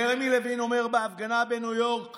ג'רמי לוין אומר בהפגנה בניו יורק